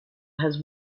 has